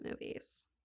movies